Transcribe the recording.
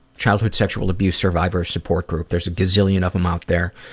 childhood sexual abuse survivors support group. there's a gazillion of them out there.